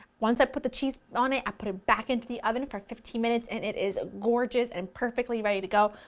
once i put the cheese on it i put it back into the oven for fifteen minutes and it is gorgeous and perfectly ready to go.